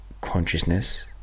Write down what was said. consciousness